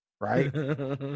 right